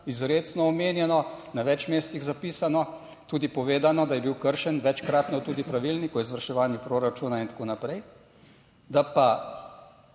izrecno omenjeno, na več mestih zapisano, tudi povedano, da je bil kršen večkratno tudi Pravilnik o izvrševanju proračuna in tako naprej. Da pa